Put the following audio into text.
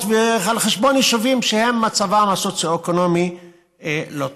ועל חשבון יישובים שמצבם הסוציו-אקונומי לא טוב.